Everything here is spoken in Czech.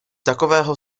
takového